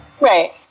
Right